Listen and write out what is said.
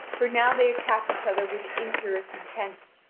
for now they attack each other with injurious intent.